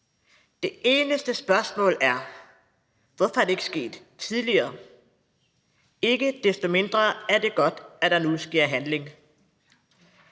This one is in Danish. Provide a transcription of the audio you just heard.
Det eneste spørgsmål er: Hvorfor er det ikke sket tidligere? Ikke desto mindre er det godt, at der nu sker handling.